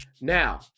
Now